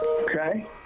Okay